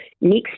Next